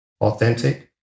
authentic